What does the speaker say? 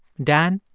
dan,